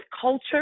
culture